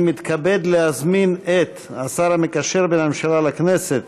אני מתכבד להזמין את השר המקשר בין הממשלה לבין הכנסת,